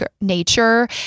nature